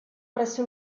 presso